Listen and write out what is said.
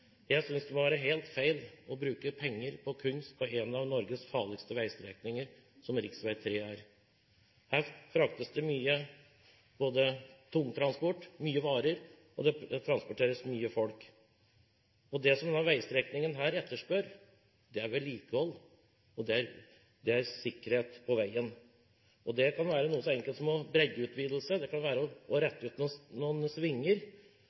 Jeg synes det må være helt feil å bruke penger på kunst på en av Norges farligste veistrekninger, som rv. 3 er. Her fraktes det både mye tungtransport og mye varer, og det transporteres mye folk. Det denne veistrekningen etterspør, er vedlikehold, og det er sikkerhet på veien. Det kan være noe så enkelt som en breddeutvidelse, det å rette ut noen svinger, det kan være å